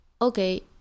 Okay